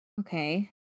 Okay